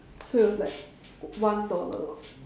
so it was like one dollar